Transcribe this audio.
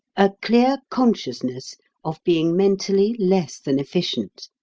a clear consciousness of being mentally less than efficient,